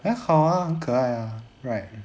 还好 ah 很可爱 ah right